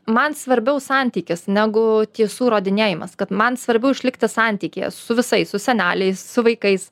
man svarbiau santykis negu tiesų įrodinėjimas kad man svarbiau išlikti santykyje su visais su seneliais su vaikais